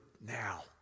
now